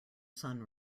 sun